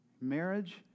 marriage